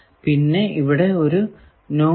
പിന്നെ ഇവിടെ ഒരു നോബും